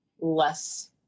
less